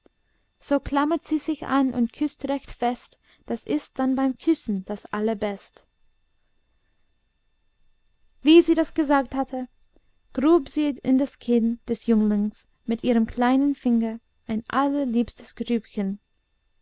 so klammert sie sich an und küßt recht fest das ist dann beim küssen das allerbest wie sie das gesagt hatte grub sie in das kinn des jünglings mit ihrem kleinen finger ein allerliebstes grübchen